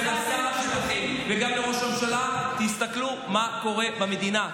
ולשר שלכם וגם לראש הממשלה: תסתכלו מה קורה במדינה,